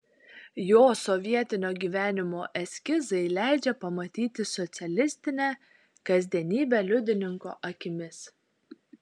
jo sovietinio gyvenimo eskizai leidžia pamatyti socialistinę kasdienybę liudininko akimis